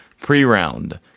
Pre-round